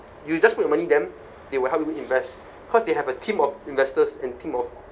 you just put money them they will help you invest cause they have a team of investors and team of